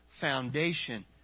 foundation